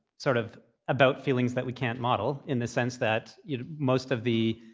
sort of about feelings that we can't model in the sense that you know most of the